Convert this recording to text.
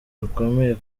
rukomeye